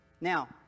Now